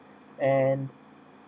and